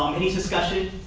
um any discussion?